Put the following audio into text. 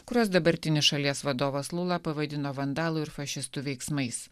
kuriuos dabartinis šalies vadovas lula pavadino vandalų ir fašistų veiksmais